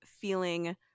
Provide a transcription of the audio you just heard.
feeling